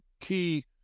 key